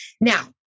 now